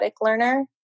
learner